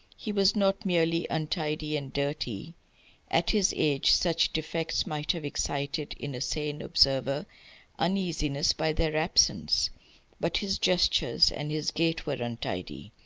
he was not merely untidy and dirty at his age such defects might have excited in a sane observer uneasiness by their absence but his gestures and his gait were untidy.